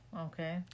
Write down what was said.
okay